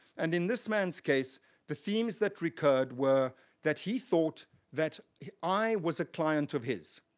and in this man's case the themes that recurred were that he thought that i was a client of his,